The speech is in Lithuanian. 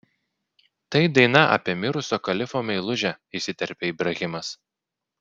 tai daina apie mirusio kalifo meilužę įsiterpė ibrahimas